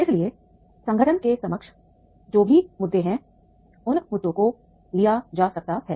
इसलिए संगठन के समक्ष जो भी मुद्दे हैं उन मुद्दों को लिया जा सकता है